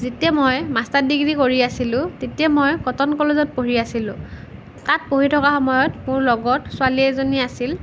যেতিয়া মই master degree কৰি আছিলোঁ তেতিয়া মই কটন কলেজত পঢ়ি আছিলোঁ তাত পঢ়ি থকাৰ সময়ত মোৰ লগত ছোৱালী এজনী আছিল